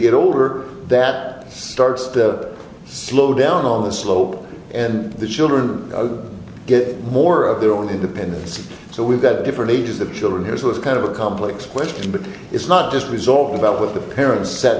get older that starts to slow down on the slope and the children get more of their own independence so we've got different ages of children his was kind of a complex question but it's not just resolved about what the parents s